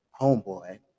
homeboy